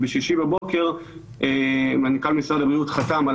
ובשישי בבוקר מנכ"ל משרד הבריאות חתם על